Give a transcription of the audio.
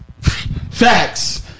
Facts